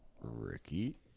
Ricky